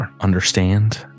understand